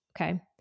Okay